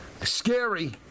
Scary